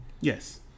Yes